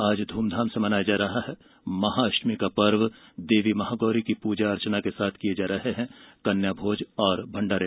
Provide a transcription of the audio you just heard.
आज ध्रमधाम से मनाया जा रहा है महाष्टमी का पर्व देवी महागौरी की प्रजा अर्चना के साथ किये जा रहे हैं कन्याभोज और भण्डारे